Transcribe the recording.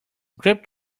grape